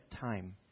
time